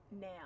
now